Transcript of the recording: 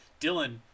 dylan